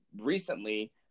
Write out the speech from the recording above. recently